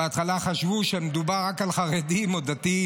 אנשים בהתחלה חשבו שמדובר רק על חרדים או דתיים.